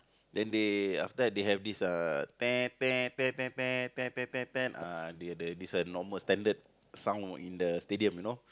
then they after that they have this uh uh they have this uh normal standard sound in the stadium you know